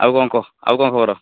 ଆଉ କ'ଣ କହ ଆଉ କ'ଣ ଖବର